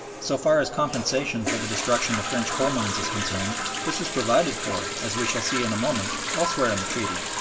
so far as compensation for the destruction of french coal-mines is concerned, this is provided for, as we shall see in a moment, elsewhere in the treaty.